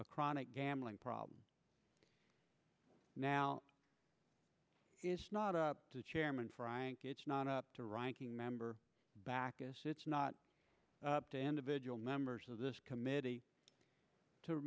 a chronic gambling problem now not up to chairman frank it's not up to ranking member baucus it's not up to individual members of this committee